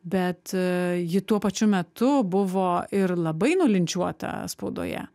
bet ji tuo pačiu metu buvo ir labai nulinčiuota spaudoje